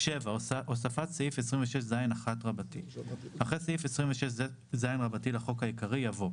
הוספת סעיף 26ז1 7. אחרי סעיף 26ז לחוק העיקרי יבוא: